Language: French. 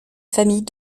familles